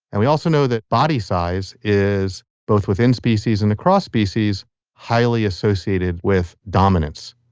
and we also know that body size is both within species and across species highly associated with dominance.